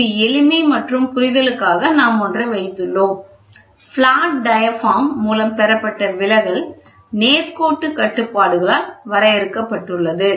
இது எளிமை மற்றும் புரிதலுக்காக நாம் ஒன்றை வைத்துள்ளோம் பிளாட் டயாபிராம் மூலம் பெறப்பட்ட விலகல் நேர்கோட்டு கட்டுப்பாடுகளால் வரையறுக்கப்பட்டுள்ளது